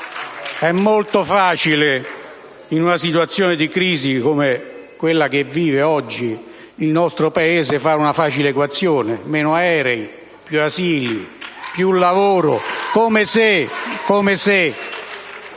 È molto facile, in una situazione di crisi come quella che vive oggi il nostro Paese, fare una facile equazione: meno aerei, più asili, più lavoro. *(Applausi